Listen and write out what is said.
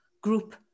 group